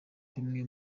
bimwe